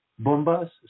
bombas